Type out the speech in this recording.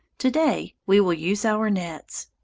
t o-day we will use our net.